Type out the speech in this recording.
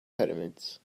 pyramids